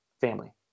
family